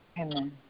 Amen